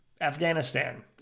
Afghanistan